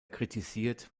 kritisiert